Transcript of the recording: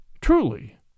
Truly